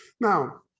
now